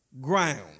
ground